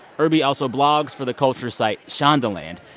irby also blogs for the culture site shondaland.